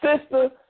Sister